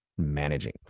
managing